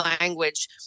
language